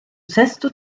sesto